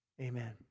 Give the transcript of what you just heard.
Amen